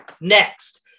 Next